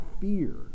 fear